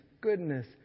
goodness